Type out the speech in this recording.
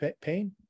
pain